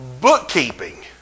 bookkeeping